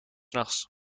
nachts